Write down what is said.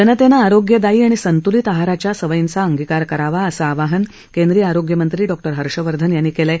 जनतेनं आरोग्यदायी आणि संतुलित आहाराच्या सवयींचा अंगिकार करावा असं आवाहन केंद्रीय आरोग्यमंत्री डॉक्टर हर्षवर्धन यांनी केलं आहे